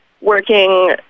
working